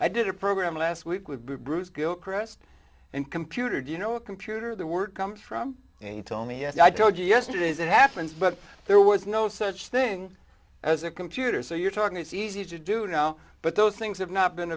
i did a program last week with bruce gilchrist and computer do you know a computer the word comes from tell me as i told you yesterday as it happens but there was no such thing as a computer so you're talking it's easy to do now but those things have not been